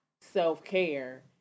self-care